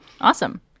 Awesome